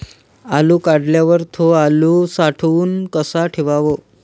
आलू काढल्यावर थो आलू साठवून कसा ठेवाव?